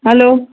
hello